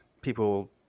People